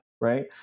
right